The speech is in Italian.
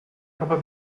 propria